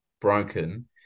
broken